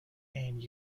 and